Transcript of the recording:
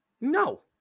no